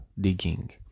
digging